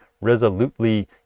resolutely